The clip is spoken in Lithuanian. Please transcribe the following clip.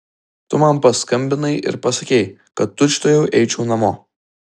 tu man paskambinai ir pasakei kad tučtuojau eičiau namo